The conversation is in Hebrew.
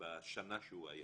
בשנה שהוא היה